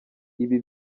ibi